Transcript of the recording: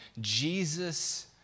Jesus